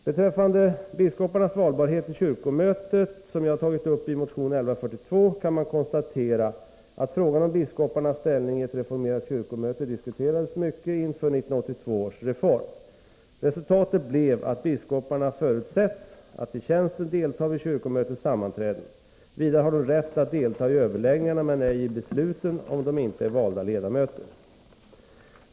Beträffande biskoparnas valbarhet till kyrkomötet, som jag tagit upp i motion 1142, kan man konstatera att frågan om biskoparnas ställning i ett reformerat kyrkomöte diskuterades mycket inför 1982 års reform. Resultatet blev att biskoparna förutsätts att i tjänsten delta vid kyrkomötets sammanträden. Vidare har de rätt att delta i överläggningarna men ej i besluten, om de inte är valda ledamöter.